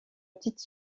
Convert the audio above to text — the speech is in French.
petite